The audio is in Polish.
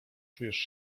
czujesz